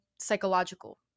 psychological